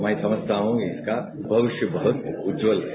मैं समझता हूं इसका भविष्य बहुत उज्जवल है